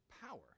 power